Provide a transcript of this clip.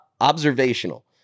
observational